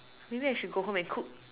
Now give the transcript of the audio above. maybe I should go home and cook